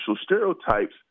stereotypes